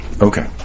Okay